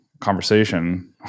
conversation